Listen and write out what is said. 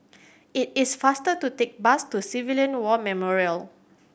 it is faster to take the bus to Civilian War Memorial